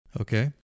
Okay